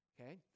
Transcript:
okay